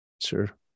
Sure